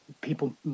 people